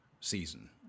season